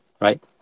Right